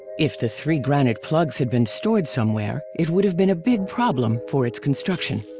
if the three granite plugs had been stored somewhere it would have been a big problem for its construction.